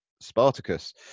Spartacus